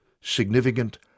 significant